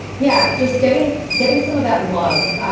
yeah. just getting getting some of that love.